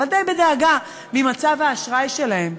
אבל די בדאגה ממצב האשראי שלהם.